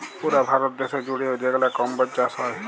পুরা ভারত দ্যাশ জুইড়ে যেগলা কম্বজ চাষ হ্যয়